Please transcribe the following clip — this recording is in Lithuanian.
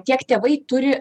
tiek tėvai turi